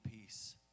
peace